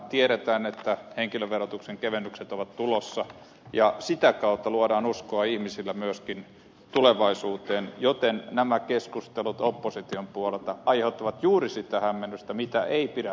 tiedetään että henkilöverotuksen kevennykset ovat tulossa ja sitä kautta luodaan uskoa ihmisille myöskin tulevaisuuteen joten nämä keskustelut opposition puolelta aiheuttavat juuri sitä hämmennystä mitä ei pidä aiheuttaa